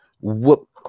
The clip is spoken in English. whoop